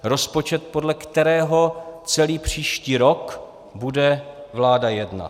Rozpočet, podle kterého celý příští rok bude vláda jednat.